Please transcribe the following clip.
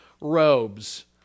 robes